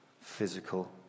physical